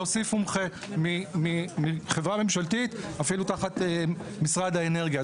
נוסיף מומחה מחברה ממשלתית אפילו תחת משרד האנרגיה.